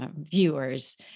viewers